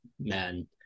man